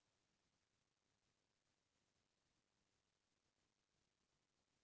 Roto बीज drill machine का काम आथे?